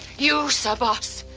you, sir boss.